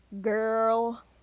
Girl